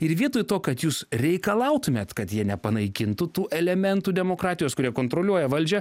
ir vietoj to kad jūs reikalautumėt kad jie nepanaikintų tų elementų demokratijos kurie kontroliuoja valdžią